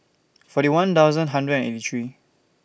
forty one thousand hundred and eighty three